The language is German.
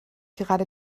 gerade